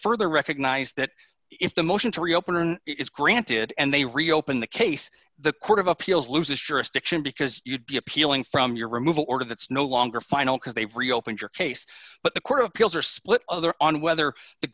further recognized that if the motion to reopen is granted and they reopen the case the court of appeals loses jurisdiction because you'd be appealing from your removal order that's no longer final because they've reopened your case but the court of appeals are split on whether the